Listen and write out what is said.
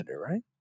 right